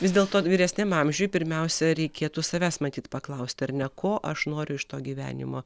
vis dėlto vyresniam amžiuj pirmiausia reikėtų savęs matyt paklausti ar ne ko aš noriu iš to gyvenimo